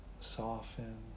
soften